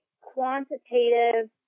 quantitative